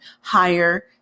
higher